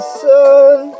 sun